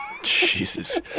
Jesus